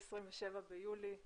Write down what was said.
27 ביולי 2020,